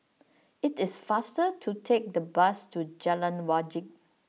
it is faster to take the bus to Jalan Wajek